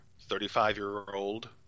thirty-five-year-old